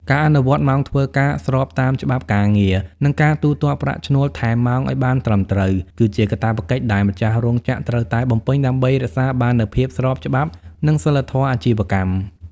ការអនុវត្តម៉ោងធ្វើការស្របតាមច្បាប់ការងារ និងការទូទាត់ប្រាក់ឈ្នួលថែមម៉ោងឱ្យបានត្រឹមត្រូវ គឺជាកាតព្វកិច្ចដែលម្ចាស់រោងចក្រត្រូវតែបំពេញ ដើម្បីរក្សាបាននូវភាពស្របច្បាប់ និងសីលធម៌អាជីវកម្ម។